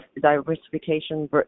diversification